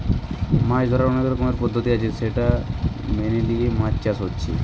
মাছ ধোরার অনেক রকমের পদ্ধতি আছে সেটা মেনে লিয়ে মাছ চাষ হচ্ছে